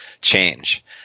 change